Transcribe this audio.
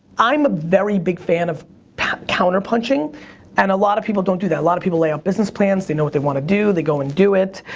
i'm a very big fan of counter-punching and a lot of people don't do that. a lot of people lay out business-plans, they know what they wanna do, they go and do it.